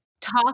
Talk